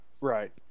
Right